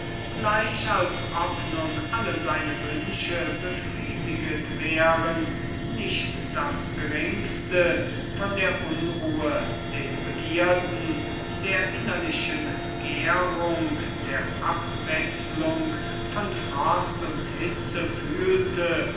gleich als ob nun alle seine wünsche befriediget wären nicht das geringste von der unruhe den begierden der innerlichen gärung der abwechslung von frost und hitze fühlte